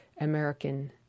American